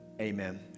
Amen